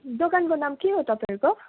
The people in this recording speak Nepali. दोकानको नाम के हो तपाईँहरूको